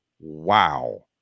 wow